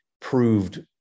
proved